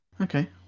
Okay